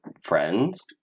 friends